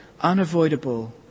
unavoidable